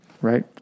Right